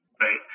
right